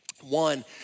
One